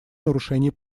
нарушений